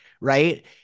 right